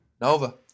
Nova